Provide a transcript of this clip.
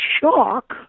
shock